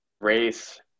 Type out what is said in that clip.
race